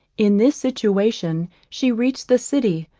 in this situation she reached the city,